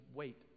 wait